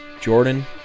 Jordan